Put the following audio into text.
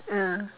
mm